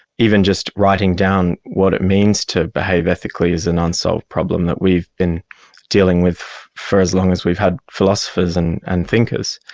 even just writing down what it means to behave ethically is an unsolved problem that we've been dealing with for as long as we've had philosophers and and thinkers.